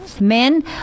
Men